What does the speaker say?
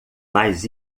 mas